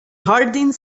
harding